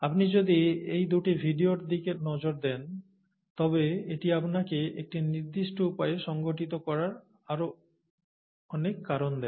আপনি যদি এই দুটি ভিডিওর দিকে নজর দেন তবে এটি আপনাকে একটি নির্দিষ্ট উপায়ে সংগঠিত করার আরও অনেক কারণ দেয়